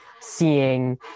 seeing